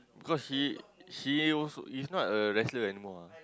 because he he also is not a wrestler anymore ah